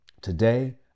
today